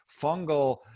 fungal